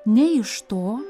nei iš to